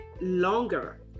longer